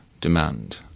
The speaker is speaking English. demand